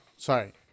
Sorry